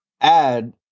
add